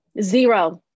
Zero